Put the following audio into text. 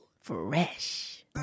Fresh